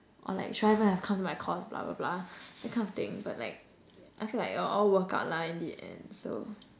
or like should I have even come to my course blah blah blah that kind of thing but like I feel like it will all work out lah in the end so